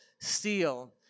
steal